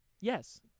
Yes